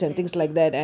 delegates